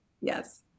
yes